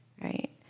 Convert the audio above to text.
right